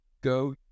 Go